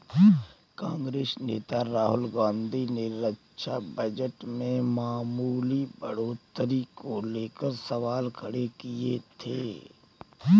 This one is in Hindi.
कांग्रेस नेता राहुल गांधी ने रक्षा बजट में मामूली बढ़ोतरी को लेकर सवाल खड़े किए थे